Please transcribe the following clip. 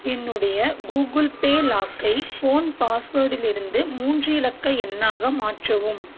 என்னுடைய Google Pay லாக்கை phone பாஸ்வடிலிருந்து மூன்று இலக்கு எண்ணாக மாற்றவும்